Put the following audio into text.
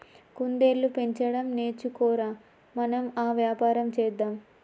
కుందేళ్లు పెంచడం నేర్చుకో ర, మనం ఆ వ్యాపారం చేద్దాం